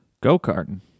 Go-karting